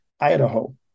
Idaho